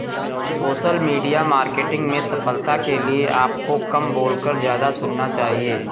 social media marketing में सफलता के लिए आपको कम बोलकर ज्यादा सुनना चाहिए